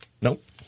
Nope